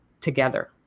together